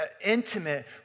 Intimate